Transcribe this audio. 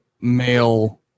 male